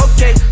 Okay